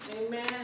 Amen